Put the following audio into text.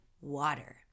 water